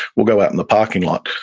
we'll go out in the parking lot,